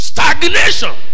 Stagnation